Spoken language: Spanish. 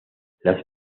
las